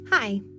Hi